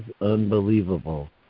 unbelievable